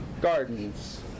Gardens